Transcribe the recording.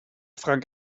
frank